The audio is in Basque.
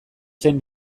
zen